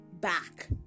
back